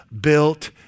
built